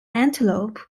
antelope